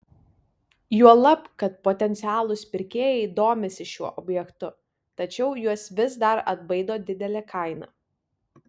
juolab kad potencialūs pirkėjai domisi šiuo objektu tačiau juos vis dar atbaido didelė kaina